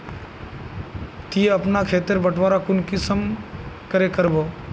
ती अपना खेत तेर बटवारा कुंसम करे करबो?